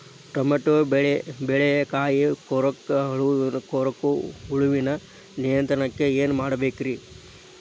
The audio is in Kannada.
ಟಮಾಟೋ ಬೆಳೆಯ ಕಾಯಿ ಕೊರಕ ಹುಳುವಿನ ನಿಯಂತ್ರಣಕ್ಕ ಏನ್ ಮಾಡಬೇಕ್ರಿ?